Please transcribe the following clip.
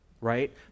right